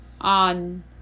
on